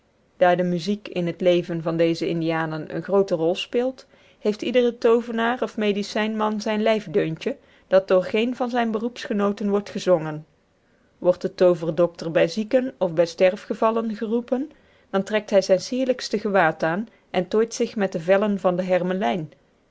daar de muziek in het leven dezer indianen eene groote rol speelt heeft ieder toovenaar of medicijnman zijn lijfdeuntje dat door geen zijner beroepsgenooten wordt gezongen wordt de tooverdokter bij zieken of bij sterfgevallen geroepen dan trekt hij zijn sierlijkste gewaad aan en tooit zich met de vellen van den hermelijn